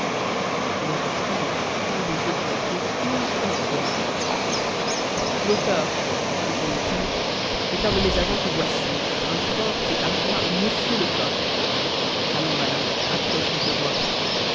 la colère rendait gévrol plus rouge qu'un homard l'auteur répondit-il est un de mes agents que voici un fort et adroit monsieur lecoq allons malin approche qu'on te voie